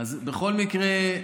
אז בכל מקרה,